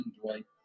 Dwight